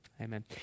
Amen